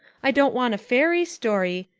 i don't want a fairy story.